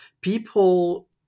people